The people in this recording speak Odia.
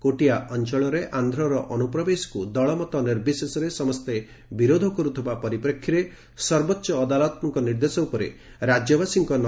କୋଟିଆ ଅଞ୍ଞଳରେ ଆନ୍ଧର ଅନୁପ୍ରବେଶକୁ ଦଳମତ ନିର୍ବିଶେଷରେ ସମସ୍ତେ ବିରୋଧ କରୁଥିବା ପରିପ୍ରେକ୍ଷୀରେ ସର୍ବୋଚ ଅଦାଲତଙ୍କ ନିର୍ଦ୍ଦେଶ ଉପରେ ରାଜ୍ୟବାସୀଙ୍କ ନଜର ରହିଛି